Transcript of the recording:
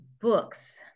books